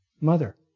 mother